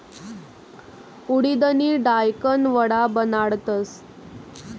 उडिदनी दायकन वडा बनाडतस